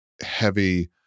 heavy